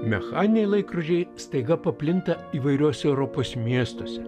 mechaniniai laikrodžiai staiga paplinta įvairiuose europos miestuose